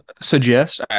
suggest